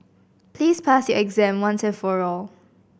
please pass your exam once and for all